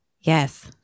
Yes